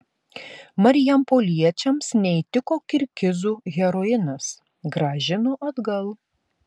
marijampoliečiams neįtiko kirgizų heroinas grąžino atgal